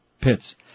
pits